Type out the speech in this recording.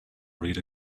read